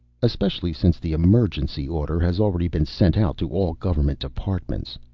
especially since the emergency order has already been sent out to all government departments.